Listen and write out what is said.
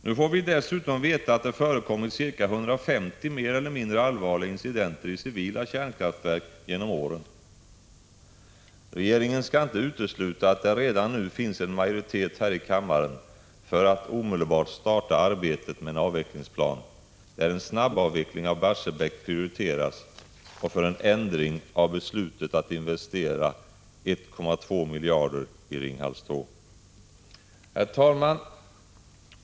Nu får vi dessutom veta att det förekommit ca 150 mer eller mindre allvarliga incidenter i civila kärnkraftverk genom åren. Regeringen skall inte utsluta att det redan nu finns en majoritet här i kammaren för att omedelbart starta arbetet med en avvecklingsplan, där en snabbavveckling av Barsebäck prioriteras, och för att ändra beslutet att investera 1,2 miljarder i Ringhals 2. Herr talman!